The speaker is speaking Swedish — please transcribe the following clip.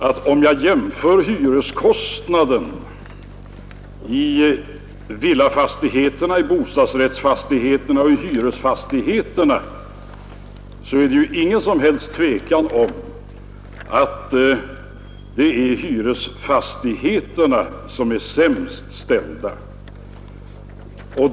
Av en jämförelse mellan hyreskostnaden i villafastigheterna, i bostadsrättsfastigheterna och i hyresfastigheterna framgår att det inte är något som helst tvivel om att hyresfastigheterna är sämst ställda.